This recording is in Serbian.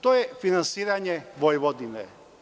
To je finansiranje Vojvodine.